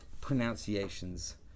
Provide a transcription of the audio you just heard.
pronunciations